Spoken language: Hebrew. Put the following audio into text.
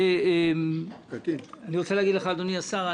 אדוני השר,